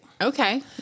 Okay